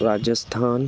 Rajasthan